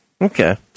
Okay